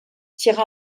tira